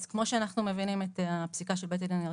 אז כמו שאנחנו מבינים את הפסיקה של בית הדין הארצי,